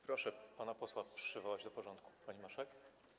Proszę pana posła przywołać do porządku, pani marszałek.